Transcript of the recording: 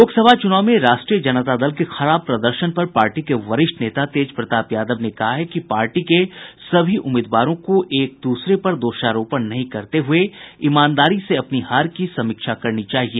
लोकसभा चुनाव में राष्ट्रीय जनता दल के खराब प्रदर्शन पर पार्टी के वरिष्ठ नेता तेजप्रताप यादव ने कहा है कि पार्टी के सभी उम्मीदवारों को एक दूसरे पर दोषारोपण नहीं करते हुये ईमानदारी से अपनी हार की समीक्षा करनी चाहिए